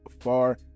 far